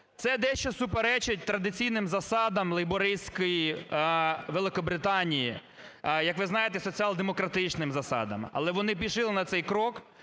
Це дещо суперечить традиційним засадам лейбористської Великобританії, як ви знаєте, соціал-демократичним засадам. Але вони пішли на цей крок